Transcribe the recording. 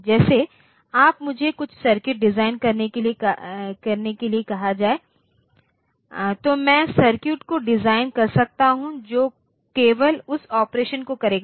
जैसे अगर मुझे कुछ सर्किट डिजाइन करने के लिए कहा जाए तो मैं सर्किट को डिजाइन कर सकता हूं जो केवल उस ऑपरेशन को करेगा